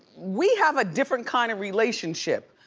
we have a different kind of relationship.